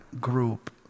group